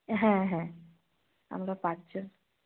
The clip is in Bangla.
হ্যাঁ হ্যাঁ আমরা পাঁচজন